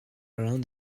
around